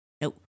nope